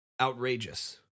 outrageous